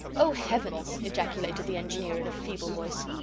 oh, heavens! ejaculated the engineer in a feeble voice.